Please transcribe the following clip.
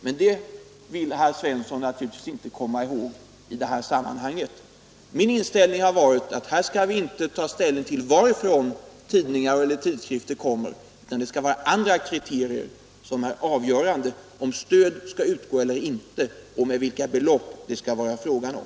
Men det vill herr Svensson naturligtvis inte komma ihåg. Min inställning har varit att här skall vi inte ta ställning till vem som utger olika tidningar eller tidskrifter, utan det skall vara andra kriterier som är avgörande för om stöd skall utgå eller inte och vilka belopp det skall vara fråga om.